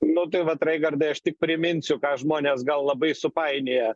nu tai vat raigardai aš tik priminsiu ką žmonės gal labai supainioja